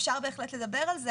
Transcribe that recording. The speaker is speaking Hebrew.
אפשר לדבר על זה,